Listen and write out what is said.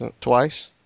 twice